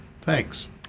Thanks